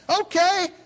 Okay